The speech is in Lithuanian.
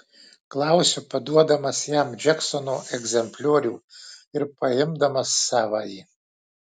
klausiu paduodamas jam džeksono egzempliorių ir paimdamas savąjį